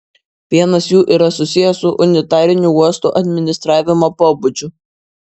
vienas jų yra susijęs su unitariniu uostų administravimo pobūdžiu